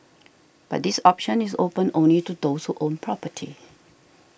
but this option is open only to those who own property